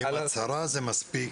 האם הצהרה זה מספיק.